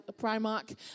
Primark